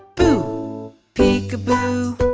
boo peekaboo,